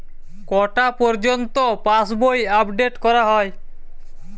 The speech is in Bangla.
কটা পযর্ন্ত পাশবই আপ ডেট করা হয়?